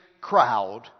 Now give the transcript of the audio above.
crowd